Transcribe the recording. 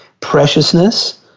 preciousness